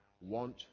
want